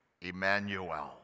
Emmanuel